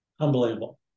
unbelievable